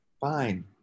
fine